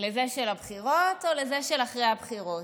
לזה של הבחירות או לזה שאחרי הבחירות.